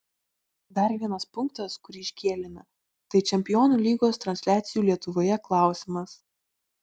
dar vienas punktas kurį iškėlėme tai čempionų lygos transliacijų lietuvoje klausimas